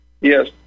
Yes